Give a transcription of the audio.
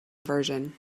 version